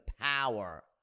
power